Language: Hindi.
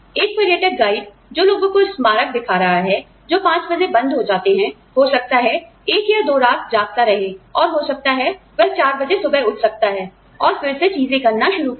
एक पर्यटक गाइड जो लोगों को स्मारक दिखा रहा है जो 500 बजे बंद हो जाते हैं हो सकता है एक या दो रात जागता रहे और हो सकता है वह 400 बजे सुबह उठ सकता है और फिर से चीजें करना शुरू कर दे